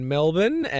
Melbourne